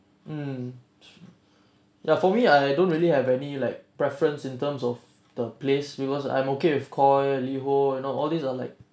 mm ya for me I don't really have any like preference in terms of the place because I'm okay with koi liho you know all these are like